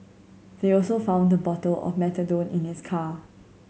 they also found a bottle of methadone in his car